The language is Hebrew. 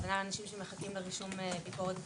הכוונה לאנשים שמחכים לביקורת גבולות?